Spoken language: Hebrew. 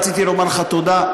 רציתי לומר לך תודה,